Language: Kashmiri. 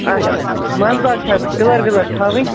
آچھا منٛزباگ چھا پِلَر وِلَر تھاوٕنۍ